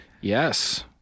Yes